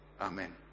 Amen